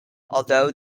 although